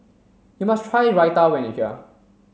you must try Raita when you are here